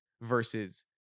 versus